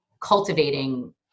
cultivating